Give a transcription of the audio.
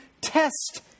test